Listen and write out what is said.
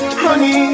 honey